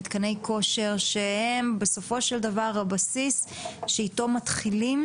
מתקני כושר שהם בסופו של דבר הבסיס שאיתו מתחילים